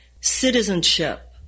Citizenship